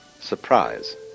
surprise